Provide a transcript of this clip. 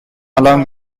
along